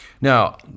Now